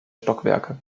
stockwerke